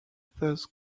thus